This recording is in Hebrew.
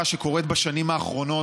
ועוברת לוועדת העבודה,